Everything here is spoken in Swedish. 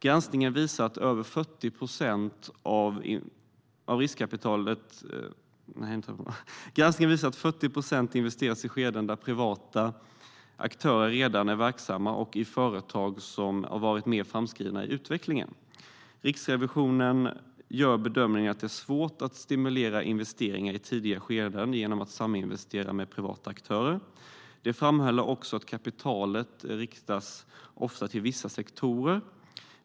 Granskningen visar att över 40 procent investeras i skeden då privata aktörer redan är verksamma och i företag som varit längre framskridna i utvecklingen. Riksrevisionen gör bedömningen att det är svårt att stimulera investeringar i tidiga skeden genom att saminvestera med privata aktörer. De framhåller också att kapitalet ofta riktas till vissa sektorer.